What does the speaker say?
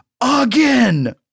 again